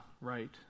right